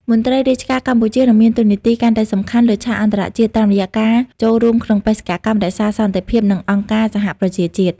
មន្ត្រីរាជការកម្ពុជានឹងមានតួនាទីកាន់តែសំខាន់លើឆាកអន្តរជាតិ តាមរយៈការចូលរួមក្នុងបេសកកម្មរក្សាសន្តិភាព និងអង្គការសហប្រជាជាតិ។